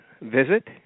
visit